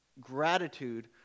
gratitude